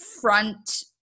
front